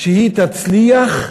שהיא תצליח,